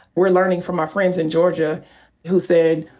we're learning from our friends in georgia who said,